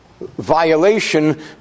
violation